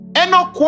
Enoch